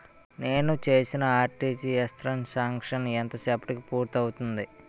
నేను చేసిన RTGS transaction ఎంత సేపటికి పూర్తి అవుతుంది?